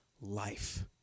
life